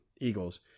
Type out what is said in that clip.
Eagles